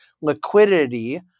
liquidity